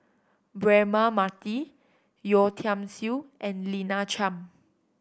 Braema Mathi Yeo Tiam Siew and Lina Chiam